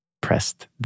pressed